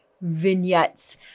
vignettes